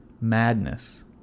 madness